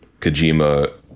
Kojima